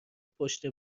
پشت